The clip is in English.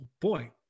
boy